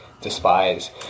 despise